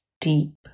deep